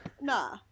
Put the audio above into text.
nah